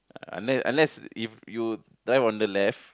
uh unless unless if you drive on the left